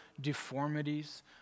deformities